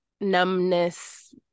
numbness